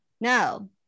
No